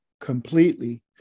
completely